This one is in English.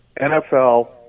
NFL